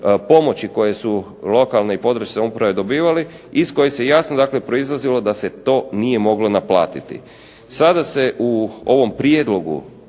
pomoći koje su lokalne i područne samouprave dobivale, iz kojih je jasno proizlazilo da se to nije moglo naplatiti. Sada se u ovom prijedlogu